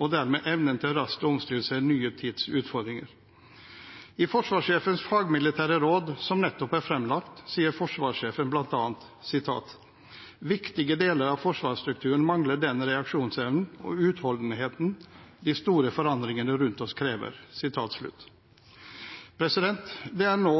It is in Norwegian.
og dermed evnen til raskt å omstille seg til den nye tids utfordringer. I Forsvarssjefens fagmilitære råd som nettopp er fremlagt, sier forsvarssjefen bl.a.: «Viktige deler av forsvarsstrukturen mangler den reaksjonsevnen og utholdenheten de store endringene rundt oss krever at den må ha.» Det er nå